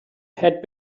had